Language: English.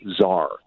czar